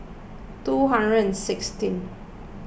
two hundred and sixteen